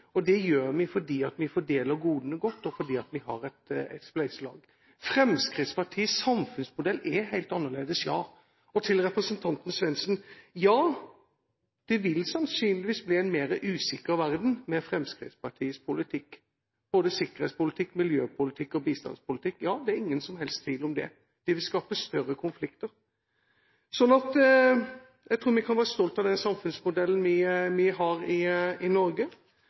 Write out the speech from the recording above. gjør vi fordi vi fordeler godene godt, og fordi vi har et spleiselag. Fremskrittspartiets samfunnsmodell er helt annerledes – ja. Til representanten Svendsen: Ja, det vil sannsynligvis bli en mer usikker verden med Fremskrittspartiets politikk – både sikkerhetspolitisk, miljøpolitisk og bistandspolitisk. Ja, det er ingen som helst tvil om det. Det vil skape større konflikter. Jeg tror vi kan være stolte av den samfunnsmodellen vi har i Norge.